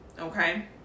Okay